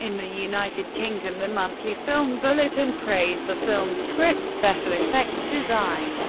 in the united kingdom the monthly film bulletin praised the film's script, special effects, design